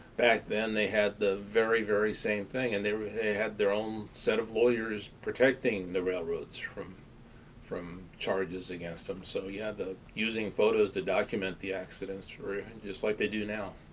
back then, they had the very, very same thing and they had their own set of lawyers protecting the railroads from from charges against them. so, yeah, the using photos to document the accidents really just like they do now.